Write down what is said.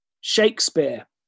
Shakespeare